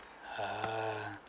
ah